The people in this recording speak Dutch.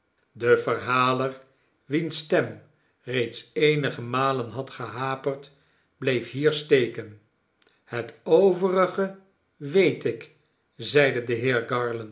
de verhaler wiens stem reeds eenige malen had gehaperd bleef hier steken het overige weet ik zeide de heer garland